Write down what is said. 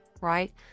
Right